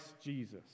Jesus